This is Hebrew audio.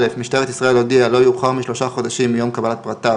(א) משטרת ישראל הודיעה לא יאוחר משלושה חודשים מיום קבלת פרטיו,